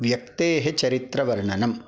व्यक्तेः चरित्रवर्णनम्